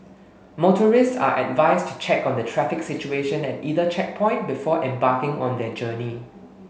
motorists are advised to check on the traffic situation at either checkpoint before embarking on their journey